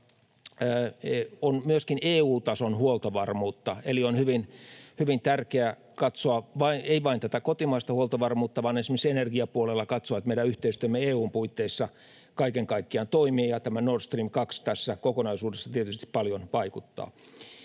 On myöskin EU-tason huoltovarmuutta, eli on hyvin tärkeää katsoa ei vain tätä kotimaista huoltovarmuutta vaan esimerkiksi energiapuolella myös, että meidän yhteistyömme EU:n puitteissa kaiken kaikkiaan toimii. Tämä Nord Stream 2 tässä kokonaisuudessa tietysti paljon vaikuttaa.